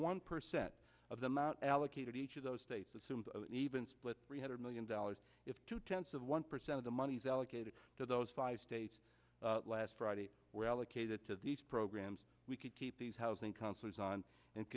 one percent of them out allocated each of those states assumes an even split three hundred million dollars if two tenths of one percent of the monies allocated to those five states last friday were allocated to these programs we could keep these housing counselors on and